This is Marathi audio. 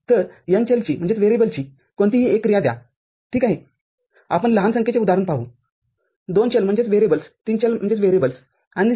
तर n चलची कोणतीही एक क्रिया द्या ठीक आहे आपण लहान संख्येचे उदाहरण पाहू दोन चल तीन चल आणि सर्व